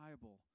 Bible